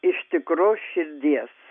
iš tikros širdies